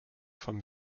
vom